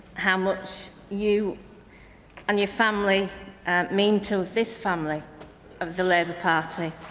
how much you and your family mean to this family of the labour party.